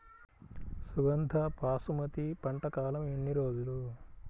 సుగంధ బాసుమతి పంట కాలం ఎన్ని రోజులు?